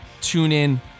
TuneIn